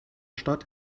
stadt